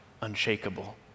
unshakable